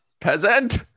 Peasant